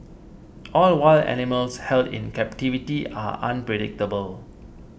all wild animals held in captivity are unpredictable